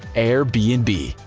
air bnb.